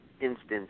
instance